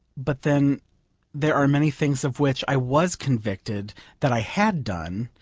but then there are many things of which i was convicted that i had done,